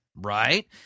Right